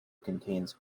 contains